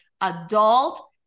adult